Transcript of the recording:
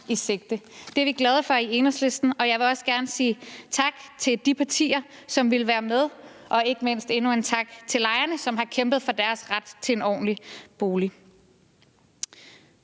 i sigte. Det er vi glade for i Enhedslisten. Jeg vil også gerne sige tak til de partier, som ville være med. Og ikke mindst vil jeg rette endnu en tak til lejerne, som har kæmpet for deres ret til en ordentlig bolig.